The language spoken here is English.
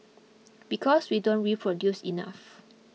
because we don't reproduce enough